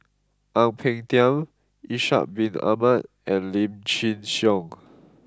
Ang Peng Tiam Ishak Bin Ahmad and Lim Chin Siong